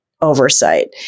oversight